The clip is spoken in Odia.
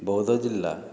ବୌଦ୍ଧ ଜିଲ୍ଲା